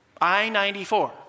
I-94